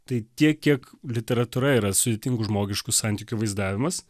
tai tiek kiek literatūra yra sudėtingų žmogiškų santykių vaizdavimas